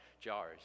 jars